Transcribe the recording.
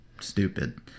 stupid